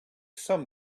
some